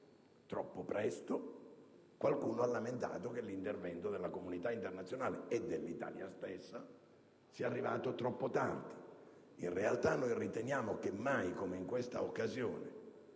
troppo presto, qualcuno ha lamentato che l'intervento della comunità internazionale e dell'Italia stessa sia arrivato troppo tardi. In realtà, noi riteniamo che mai come in questa occasione